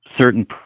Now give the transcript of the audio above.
certain